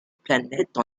planète